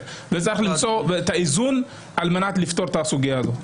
וצריך למצוא את האיזון על מנת לפתור את הסוגייה הזאת.